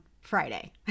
Friday